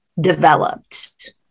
developed